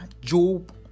Job